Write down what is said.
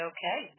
Okay